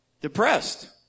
Depressed